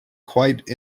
quite